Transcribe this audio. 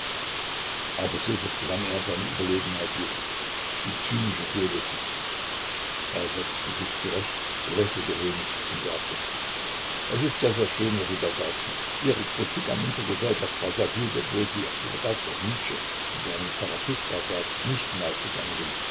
aber sofort gewann er seine überlegenheit wieder die zynische seele siegte er setzte sich zurecht lächelte höhnisch und sagte es ist ja sehr schön was sie da sagten ihre kritik unserer gesellschaft war sehr gut obwohl sie über das was nietzsche in seinem zarathustra sagt nicht hinausgegangen sind